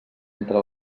entre